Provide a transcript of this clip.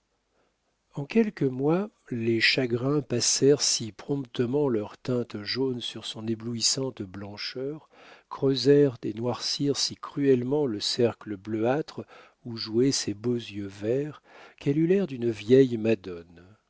en quelques mois les chagrins passèrent si promptement leurs teintes jaunes sur son éblouissante blancheur creusèrent et noircirent si cruellement le cercle bleuâtre où jouaient ses beaux yeux verts qu'elle eut l'air d'une vieille madone